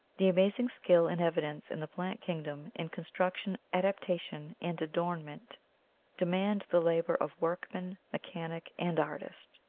the amazing skill in evidence in the plant kingdom in construc tion, adaptation, and adornment demand the labour of workman, mechanic, and artist.